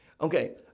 Okay